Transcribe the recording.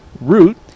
Root